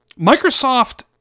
Microsoft